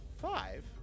Five